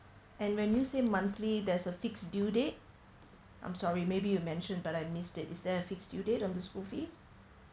and when you say monthly there's a fixed due date I'm sorry maybe you mention but I missed it is there a fixed due date on the school fees